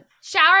shower